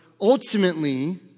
ultimately